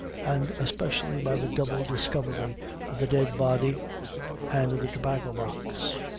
and especially by the double discovery of the dead body and the tobacco box.